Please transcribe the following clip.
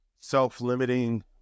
Self-limiting